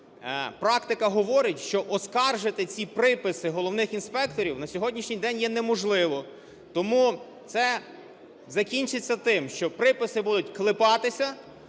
практика говорить, що оскаржити ці приписи головних інспекторів на сьогоднішній день є неможливо. Тому це закінчиться тим, що приписи будуть клепатися,